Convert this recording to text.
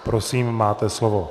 Prosím, máte slovo.